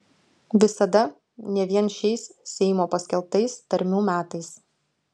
visada ne vien šiais seimo paskelbtais tarmių metais